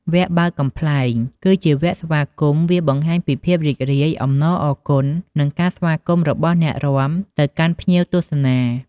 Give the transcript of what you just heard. វគ្គបើកកំប្លែង គឺជាវគ្គស្វាគមន៍ វាបង្ហាញពីភាពរីករាយ អំណរអគុណ និង ការស្វាគមន៍របស់អ្នករាំទៅកាន់ភ្ញៀវទស្សនា។